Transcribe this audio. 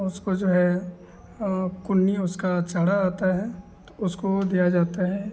उसको जो है कुन्नी उसका चारा आता है तो उसको दिया जाता है